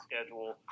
schedule